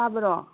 ꯇꯥꯕꯔꯣ